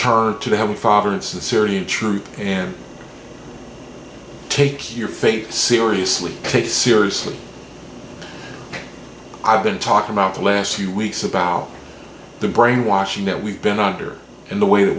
turn to have a father insincerity and truth and take your faith seriously seriously i've been talking about the last few weeks about the brainwashing that we've been under in the way that